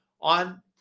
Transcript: on